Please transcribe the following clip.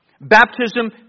Baptism